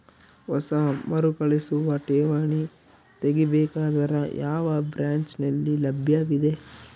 ಹೊಸ ಮರುಕಳಿಸುವ ಠೇವಣಿ ತೇಗಿ ಬೇಕಾದರ ಯಾವ ಬ್ರಾಂಚ್ ನಲ್ಲಿ ಲಭ್ಯವಿದೆ?